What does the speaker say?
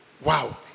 Wow